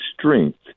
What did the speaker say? strength